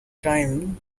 time